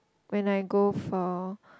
when I go for